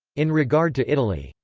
in regard to italy,